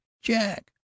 jack